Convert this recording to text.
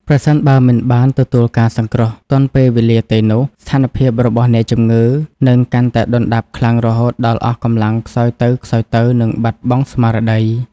ប្រសិនបើមិនបានទទួលការសង្គ្រោះទាន់ពេលវេលាទេនោះ ស្ថានភាពរបស់អ្នកជំងឺនឹងកាន់តែដុនដាបខ្លាំង រហូតដល់អស់កម្លាំងខ្សោយទៅៗ និងបាត់បង់ស្មារតី។